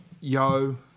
Yo